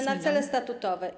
że na cele statutowe.